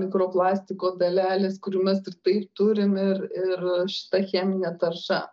mikroplastiko dalelės kurių mes ir taip turim ir ir šita cheminė tarša